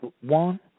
one